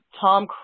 tom